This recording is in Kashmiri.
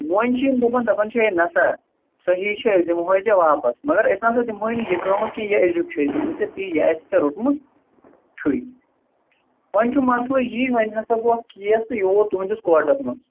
وۄنۍ چھِ یِم دپان دپان چھِ ہے نَسا صحیح چھ أسۍ دِمہوے ژےٚ واپس مگرأسۍ نسا دمہوے نہٕ یہِ قۭمتھ کینہہ یہِ أزِیوکھ چُھ أسۍ دِمہوے ژےٚ تیی یہِ اَسہِ ژےٚ روٚٹمُت چھُی وۄنۍ چھُ مسلہٕ یی وینۍ ہسا گوٚو اتھ کیس تہِ یہِ ووت تُہندِس کورٹس منز